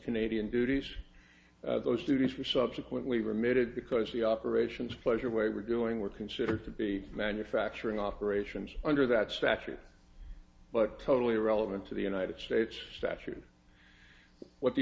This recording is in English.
canadian duties those duties were subsequently remitted because the operations pleasure way were doing were considered to be manufacturing operations under that statute but totally irrelevant to the united states statute what the